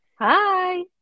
Hi